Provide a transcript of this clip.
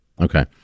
Okay